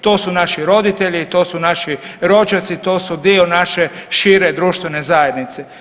To su naši roditelji, to su naši rođaci, to su dio naše šire društvene zajednice.